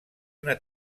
una